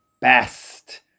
best